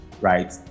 right